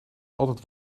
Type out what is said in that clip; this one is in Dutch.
altijd